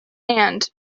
and